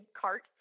cart